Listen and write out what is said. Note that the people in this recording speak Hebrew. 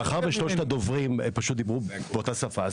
מאחר ושלושת הדוברים פשוט דיברו באותה שפה,